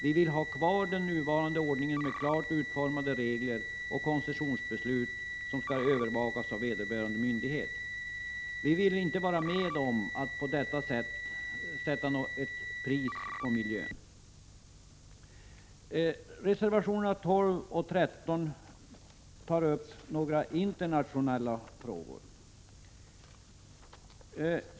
Vi vill ha kvar den nuvarande ordningen med klart utformade regler och koncessionsbeslut som skall övervakas av vederbörande myndighet. Vi vill inte vara med om att på detta sätt sätta ett pris på miljön. I reservationerna 12 och 13 berörs några internationella frågor.